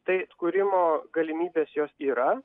tai atkūrimo galimybės jos yra